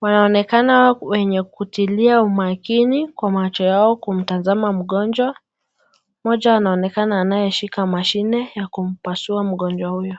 wanaonekana wenye kutilia umakini kwa macho yao, kumtazama mgonjwa, mmoja anaonekana anayeshika mashine ya kumpasua mgonjwa huyo.